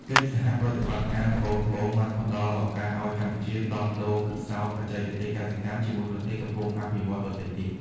កិច្ចសហប្រតិបត្តិការត្បូង-ត្បូង បានផ្ដល់ឱកាសឱ្យកម្ពុជាដោះដូរពិសោធន៍បច្ចេកទេសកសិកម្មជាមួយប្រទេសកំពុងអភិវឌ្ឍន៍ដទៃទៀត។